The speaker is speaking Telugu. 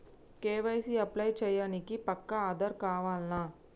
కే.వై.సీ అప్లై చేయనీకి పక్కా ఆధార్ కావాల్నా?